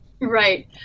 Right